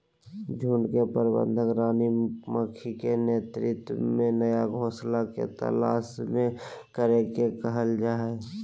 झुंड के प्रबंधन रानी मक्खी के नेतृत्व में नया घोंसला के तलाश करे के कहल जा हई